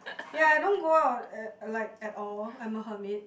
ya I don't go out uh like at all I'm a hermit